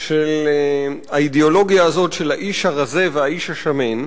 של האידיאולוגיה הזאת של האיש הרזה והאיש השמן,